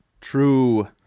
true